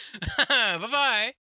Bye-bye